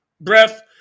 breath